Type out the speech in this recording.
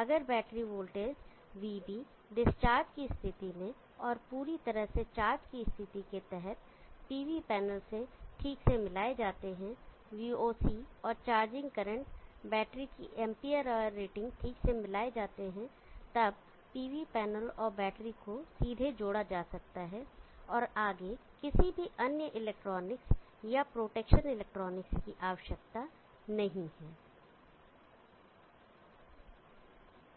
अगर battery voltage vB discharge की स्थिति में और पूरी तरह से चार्ज की स्थिति के तहत pv पैनल से ठीक से मिलाए जाते हैं VOC और चार्जिंग करंट बैटरी की एंपियर आवर रेटिंग ठीक से मिलाए जाते हैं तब pv पैनल और बैटरी को सीधे जोड़ा जा सकता है और आगे किसी भी अन्य इलेक्ट्रॉनिक्स या प्रोटेक्शन इलेक्ट्रॉनिक्स की आवश्यकता नहीं है